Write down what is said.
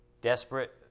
Desperate